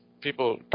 people